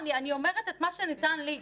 אני אומרת את מה שניתן לי,